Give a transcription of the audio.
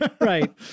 Right